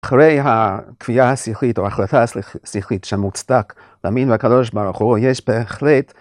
אחרי הקביעה השכלית או ההחלטה השכלית שמוצדק להאמין בקדוש ברוך הוא, יש בהחלט